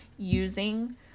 using